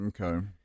Okay